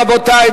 רבותי?